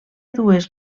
dues